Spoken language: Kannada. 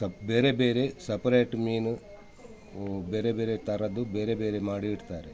ಸಪ್ ಬೇರೆ ಬೇರೆ ಸಪರೇಟ್ ಮೀನು ಬೇರೆ ಬೇರೆ ಥರದ್ದು ಬೇರೆ ಬೇರೆ ಮಾಡಿ ಇಡ್ತಾರೆ